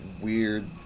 weird